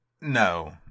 no